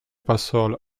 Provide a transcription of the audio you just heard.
passò